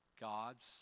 God's